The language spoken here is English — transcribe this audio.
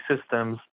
systems